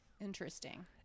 Interesting